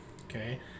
okay